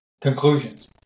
conclusions